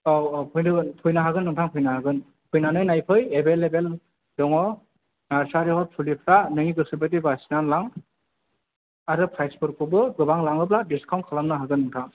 औ औ फैनोगोन फैनो हागोन नोंथां फैनो हागोन फैनानै नायफै एबेलेबेल दङ' नारसारियाव फुलिफ्रा नोंनि गोसो बायदि बासिनानै लां आरो फ्राइसफोरखौबो गोबां लाङोब्ला दिसखाउन्ट खालामनो हागोन नोंथां